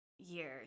Years